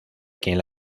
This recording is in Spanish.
quien